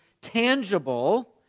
tangible